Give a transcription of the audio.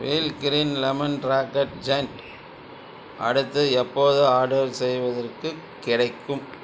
wheel green lemon detergent அடுத்து எப்போது order செய்வதற்குக் கிடைக்கும்